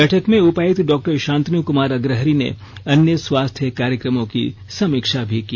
बैठक में उपायुक्त डॉ शांतनु कुमार अग्रहरि ने अन्य स्वास्थ्य कार्यकमों की समीक्षा भी की